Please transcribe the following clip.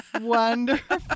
Wonderful